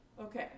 Okay